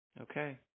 Okay